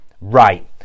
Right